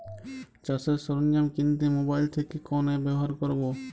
চাষের সরঞ্জাম কিনতে মোবাইল থেকে কোন অ্যাপ ব্যাবহার করব?